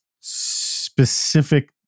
specific